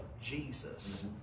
Jesus